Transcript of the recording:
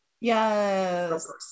Yes